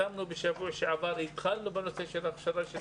בשבוע שעבר פרסמנו והתחלנו בנושא של הכשרת המורים.